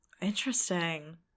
Interesting